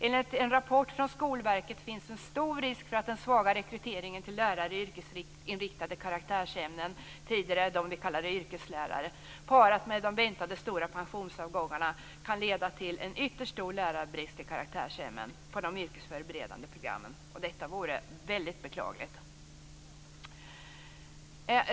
Enligt en rapport från Skolverket finns en stor risk för att den svaga rekryteringen av lärare i yrkesinriktade karaktärsämnen - tidigare kallade yrkeslärare - parat med de väntade stora pensionsavgångarna kan leda till en ytterst stor lärarbrist i karaktärsämnen på de yrkesförberedande programmen. Detta vore väldigt beklagligt.